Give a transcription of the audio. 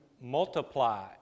multiply